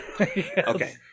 Okay